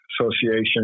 association